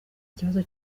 ikibazo